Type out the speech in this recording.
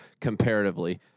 comparatively